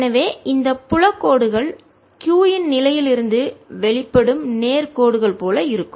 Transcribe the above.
எனவே இந்த புல கோடுகள் q இன் நிலையில் இருந்து வெளிப்படும் நேர் கோடுகள் போல இருக்கும்